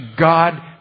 God